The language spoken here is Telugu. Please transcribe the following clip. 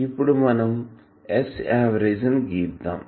ఇప్పుడు మనం S ఆవరేజ్ ని గీద్దాం